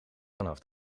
vanaf